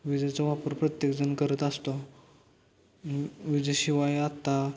विजेचा वापर प्रत्येकजण करत असतो विजेशिवाय आत्ता